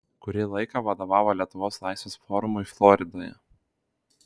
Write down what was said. kurį laiką vadovavo lietuvos laisvės forumui floridoje